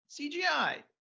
CGI